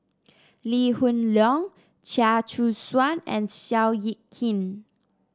Lee Hoon Leong Chia Choo Suan and Seow Yit Kin